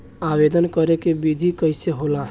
आवेदन करे के विधि कइसे होला?